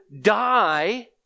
die